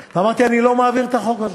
אמרתי: אני לא מעביר את החוק הזה.